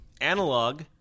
analog